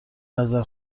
نظر